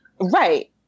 Right